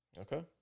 Okay